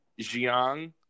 Jiang